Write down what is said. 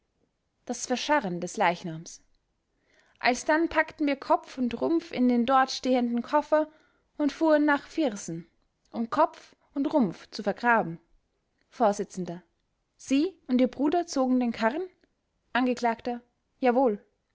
das verscharren des leichnams alsdann packten wir kopf und rumpf in den dort stehenden koffer und fuhren nach viersen um kopf und rumpf zu vergraben vors sie und ihr bruder zogen den karren angekl jawohl